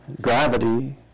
gravity